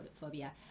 phobia